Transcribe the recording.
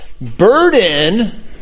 burden